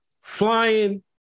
flying